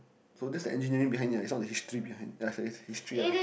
so that's the engineering behind it ah it's not the history behind ya it's the history ah